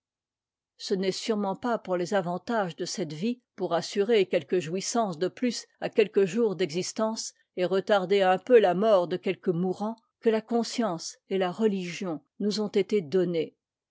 ce n'est sûrement pas pour les avantages de cette vie pour assurer quelques jouissances de plus à quelques jours d'existence et retarder un peu la mort de quelques mourants que la conscience et la religion nous ont été données